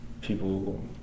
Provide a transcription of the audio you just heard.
people